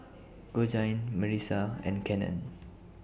Georgine Marisa and Cannon